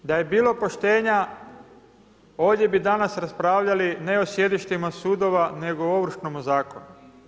Da je bilo poštenja, ovdje bi danas raspravljali ne o sjedištima sudova, nego o ovršnome zakonu.